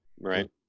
Right